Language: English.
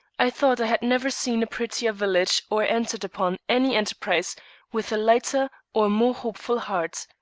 i thought i had never seen a prettier village or entered upon any enterprise with a lighter or more hopeful heart.